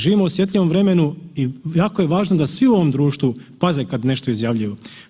Živimo u osjetljivom vremenu i jako je važno da svi u ovom društvu paze kada nešto izjavljuju.